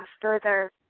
further